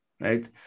right